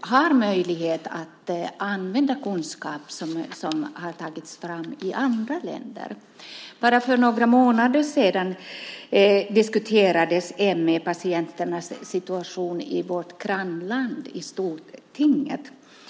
har möjlighet att använda kunskap som har tagits fram i andra länder. För bara några månader sedan diskuterades ME-patienternas situation i vårt grannland, i Stortinget.